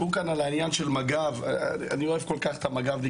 דיברו כאן על העניין של מג"ב - אני אוהב כל כך את המג"בניקים,